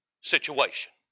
situation